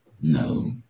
no